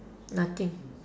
nothing